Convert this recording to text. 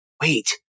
Wait